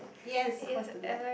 yes what's the